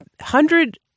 hundred